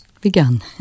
begun